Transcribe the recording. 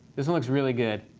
this one looks really good.